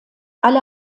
alle